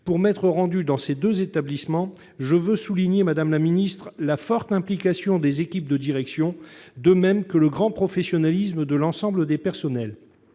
Pour m'être rendu dans ces deux établissements, je veux souligner la forte implication des équipes de direction, de même que le grand professionnalisme de l'ensemble des personnels.